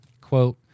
Quote